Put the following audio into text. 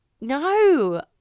no